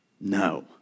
No